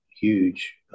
huge